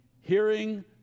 hearing